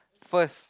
first